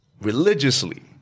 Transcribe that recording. religiously